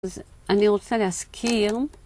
אז אני רוצה להזכיר